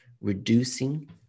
reducing